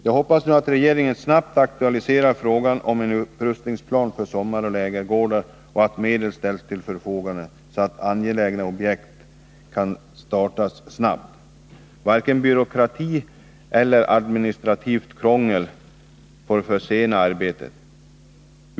Jag hoppas nu att regeringen snart aktualiserar frågan om en upprustningsplan avseende sommaroch lägergårdar och att medel ställs till förfogande, så att angelägna objekt kan startas snabbt. Varken byråkrati eller administrativt krångel får försena arbetet.